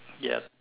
yup